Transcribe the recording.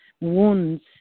wounds